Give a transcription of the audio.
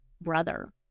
brother